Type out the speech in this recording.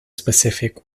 specific